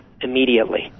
immediately